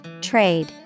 Trade